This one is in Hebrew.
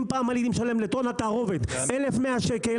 אם פעם הייתי משלם על טון תערובת 1,100 ₪,